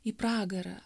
į pragarą